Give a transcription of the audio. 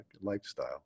lifestyle